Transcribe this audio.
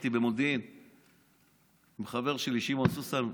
ישבתי במודיעין עם חבר שלי שמעון סוסן.